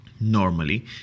Normally